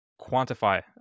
quantify